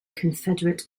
confederate